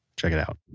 check it out